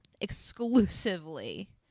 exclusively